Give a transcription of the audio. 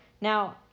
Now